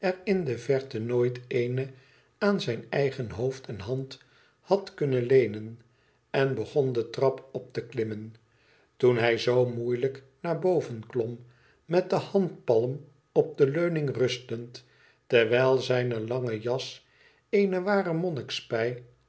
in de verte nooit eene aan zijn eigen hoofd en hand had kunnen leenen en begon de trap op te klimmen toen hij zoo moeilijk naar boven klom met de handpalm op de leuning rustend terwijl zijne lange jas eene ware